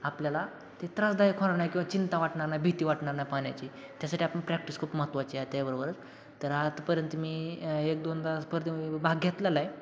आपल्याला ते त्रासदायक होणार नाही किंवा चिंता वाटणार नाही भिती वाटणार नाही पाण्याची त्यासाठी आपण प्रॅक्टिस खूप महत्त्वाची आहे त्याबरोबर तर आतापर्यंत मी एक दोनदा स्पर्धेमध्ये भाग घेतलेला आहे